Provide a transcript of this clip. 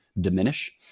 diminish